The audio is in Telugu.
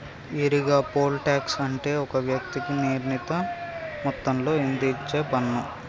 ఈరిగా, పోల్ టాక్స్ అంటే ఒక వ్యక్తికి నిర్ణీత మొత్తంలో ఇధించేపన్ను